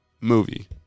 movie